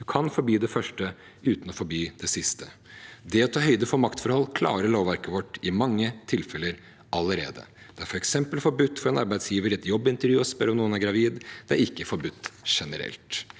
Vi kan forby det første uten å forby det siste. Det å ta høyde for maktforhold klarer lovverket vårt i mange tilfeller allerede. Det er f.eks. forbudt for en arbeidsgiver å spørre noen i et jobbintervju om man er gravid, men det er ikke forbudt generelt.